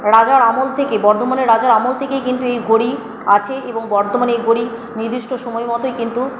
রাজার আমল থেকে বর্ধমানের রাজার আমল থেকেই কিন্তু এই ঘড়ি আছে এবং বর্ধমানে এই ঘড়ি নির্দিষ্ট সময়মতোই কিন্তু